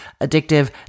Addictive